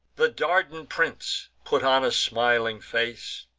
the dardan prince put on a smiling face,